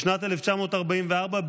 בשנת 1944,